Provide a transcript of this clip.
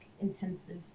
intensive